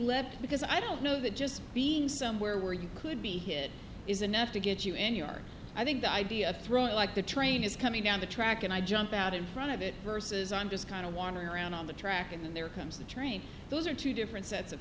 left because i don't know that just being somewhere where you could be hit is enough to get you and you are i think the idea throwing like the train is coming down the track and i jump out in front of it versus i'm just kind of wandering around on the track and there comes the train those are two different sets of